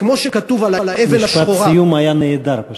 כמשפט סיום היה נהדר.